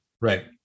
Right